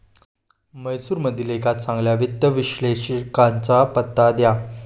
म्हैसूरमधील एका चांगल्या वित्त विश्लेषकाचा पत्ता द्या